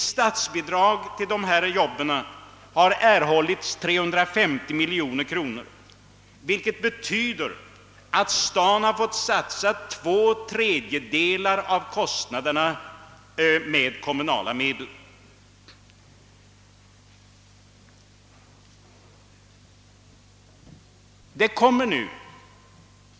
I statsbidrag till dessa arbeten har erhållits 350 miljoner kronor, vilket betyder att staden har fått betala två tredjedelar av kostnaderna med kommunala medel.